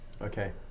Okay